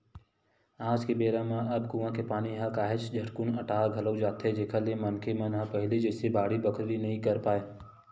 आज के बेरा म अब कुँआ के पानी ह काहेच झटकुन अटा घलोक जाथे जेखर ले मनखे मन ह पहिली जइसे बाड़ी बखरी नइ ले सकय